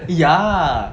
ya